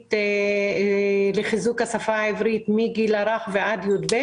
תכנית לחיזוק השפה העברית מהגיל הרך ועד כיתה י"ב.